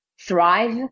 thrive